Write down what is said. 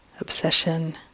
obsession